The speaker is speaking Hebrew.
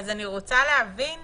אני רוצה להבין